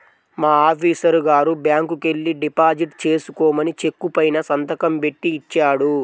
మా ఆఫీసరు గారు బ్యాంకుకెల్లి డిపాజిట్ చేసుకోమని చెక్కు పైన సంతకం బెట్టి ఇచ్చాడు